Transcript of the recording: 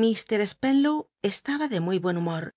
r spenlow estaba de muy buen humor